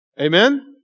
Amen